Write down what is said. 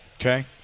Okay